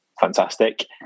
fantastic